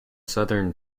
southern